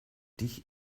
dich